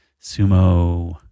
Sumo